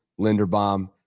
Linderbaum